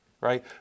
right